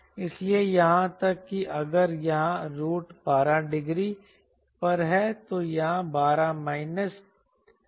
इसलिए यहां तक कि अगर यहां रूट 12 डिग्री पर है तो यहां 12 माइनस ट्विन एंगल है